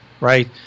right